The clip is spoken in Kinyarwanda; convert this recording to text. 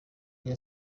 rya